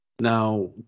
Now